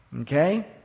Okay